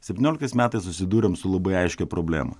septynioliktais metais susidūrėm su labai aiškia problema